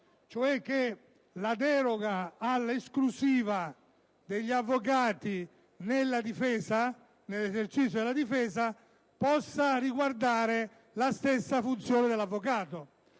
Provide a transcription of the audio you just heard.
cioè che la deroga all'esclusiva degli avvocati nell'esercizio della difesa possa riguardare la stessa funzione dell'avvocato.